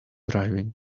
driving